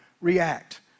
react